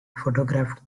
photographed